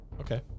Okay